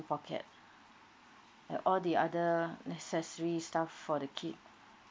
pocket and all the other necessary stuff for the kid